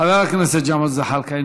חבר הכנסת ג'מאל זחאלקה,